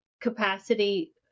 capacity